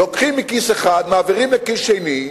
לוקחים מכיס אחד, מעבירים לכיס שני.